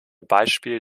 beispiel